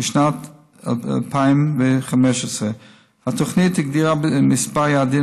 בשנת 2015. התוכנית הגדירה כמה יעדים